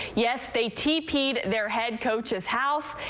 yes, they tpd their head coach's house.